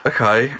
Okay